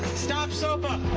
stop sopa!